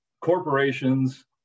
corporations